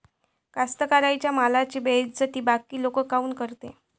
कास्तकाराइच्या मालाची बेइज्जती बाकी लोक काऊन करते?